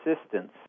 assistance